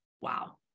Wow